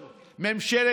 מפלגה.